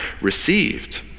received